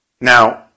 Now